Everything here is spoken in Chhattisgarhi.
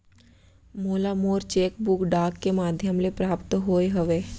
मोला मोर चेक बुक डाक के मध्याम ले प्राप्त होय हवे